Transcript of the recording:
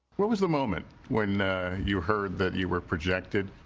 what was the moment when you heard that you were projected?